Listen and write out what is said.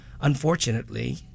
unfortunately